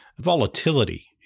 volatility